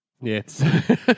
yes